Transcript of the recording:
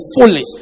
foolish